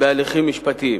בהליכים משפטיים.